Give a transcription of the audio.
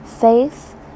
faith